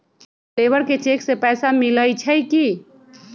Labour के cheque से पैसा मिलई छई कि?